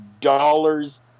dollars